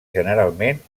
generalment